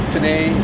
today